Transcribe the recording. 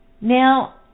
Now